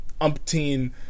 umpteen